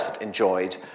enjoyed